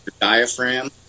diaphragm